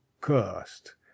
cursed